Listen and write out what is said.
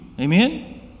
Amen